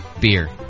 Beer